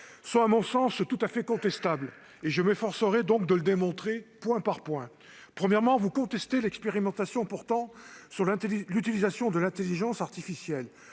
sont à mon sens tout à fait contestables et je m'efforcerai de le démontrer, point par point. Premièrement, vous contestez l'expérimentation portant sur l'utilisation de l'intelligence artificielle.